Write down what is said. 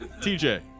TJ